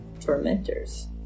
tormentors